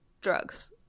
Drugs